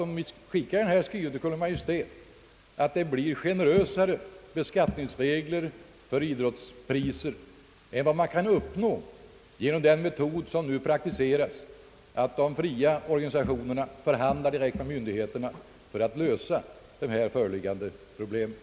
Men ingen ledamot av denna kammare kan påstå att det blir generösare beskattningsregler för idrottsmännen, om den begärda skrivelsen till Kungl. Maj:t kommer till stånd, än vad som kan uppnås genom den nu praktiserade metoden, nämligen att de fria organisationerna förhandlar direkt med